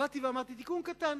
ואמרתי: תיקון קטן,